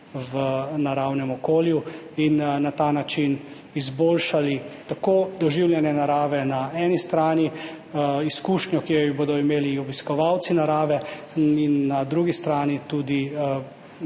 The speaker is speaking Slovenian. v naravnem okolju in na ta način izboljšali tako doživljanje narave na eni strani, izkušnjo, ki jo bodo imeli obiskovalci narave, in na drugi strani se